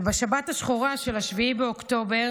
ובשבת השחורה של 7 באוקטובר,